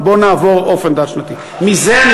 בואו נעבור לאופן תלת-שנתי.